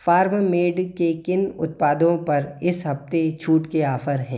farm made के किन उत्पादों पर इस हफ़्ते छूट के ऑफ़र हैं